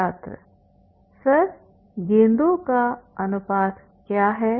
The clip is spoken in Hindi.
छात्र सर गेंदों का अनुपात क्या है